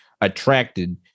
attracted